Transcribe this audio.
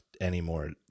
anymore